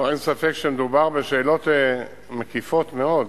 אין ספק שמדובר בשאלות מקיפות מאוד,